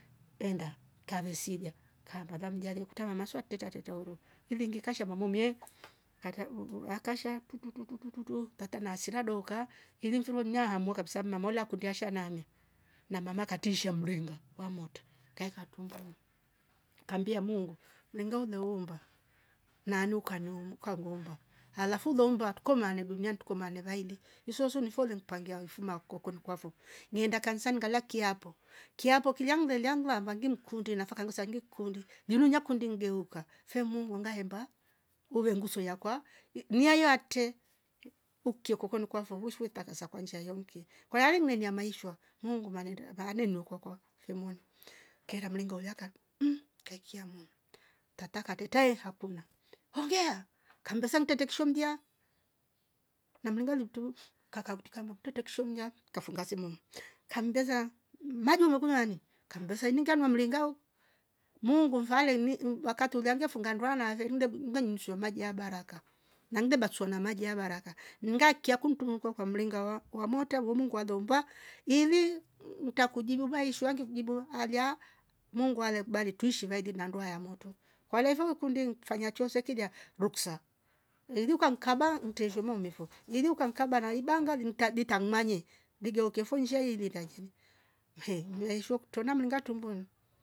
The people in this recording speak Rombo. Enda kavesilia kambala mjare kuta mamaswa kuteta tero ivingi kasha mamomye ata vuuu akasha tututuo tata na asira doka ivi mfirwe mnahamua kabisa mnamola kundiasha name na mama katisha mrenga wa mota kaeka tungum kambia mungu lingao naumba nanuka nyo unuka ngomba alafu lomba tukomale duniani tukomale vaili nsoswo mpangia mfuma kuko nikwavo nyeenda kanisani ngala kiapo kiapo kiliandu mvelia nduavi ngi mkundi nafa kangusangi kundi, nyiminya kundi nngeuga mfe mungu ngaemba wewe nguzo yakwa niya yuate ukia koko ni kwavo weshu weta kaza kwa njia yomki kwa yali menia maishwa mungu manenda vane mlokwakwa fimona. Kera mlingola uliaka mhh kakia moni tata kateta ye hakuna wamveha kambesa mtete kishombia namlinga lutu kakauti kama tutu kushomja kafunga semono kambesa maji umekunwa ya nini kmabesa ingia mamlengao mungu vale ni uvaka tolia nge funga ndwa nave nge ngem- ngemshoo maji ya baraka mangeb bakshwe na maji ya baraka ningakia kuntum kwa mlenga wa wamotavo mungu walomba ivi ntakujibu vaishwa ngi kujibu alia mungu ale kubali tuishi vaili na ndua yamoto kwa levu kundi fanya chosokilia ruksa iru kamkaba uteshuva mefo iliu kankaba na ibangali ntabita mmnaye digirekoia fo nshai inita ngeni mhh meishwa kuto na mringa tumboni